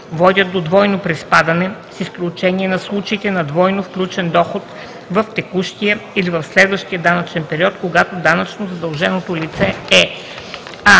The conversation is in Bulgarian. водят до двойно приспадане, с изключение на случаите на двойно включен доход в текущия или в следващ данъчен период, когато данъчно задълженото лице е: